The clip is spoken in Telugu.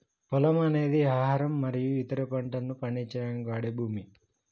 పొలము అనేది ఆహారం మరియు ఇతర పంటలను పండించడానికి వాడే భూమి